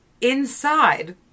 inside